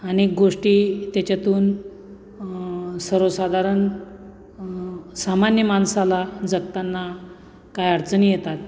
अनेक गोष्टी त्याच्यातून सर्वसाधारण सामान्य माणसाला जगताना काय अडचणी येतात